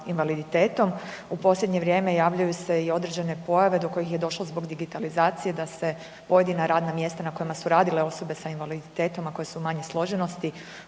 U posljednje vrijeme javljaju se i određene pojave do kojih je došlo zbog digitalizacije, da se pojedina radna mjesta na kojima su radile osobe s invaliditetom, a koje su manje složenosti,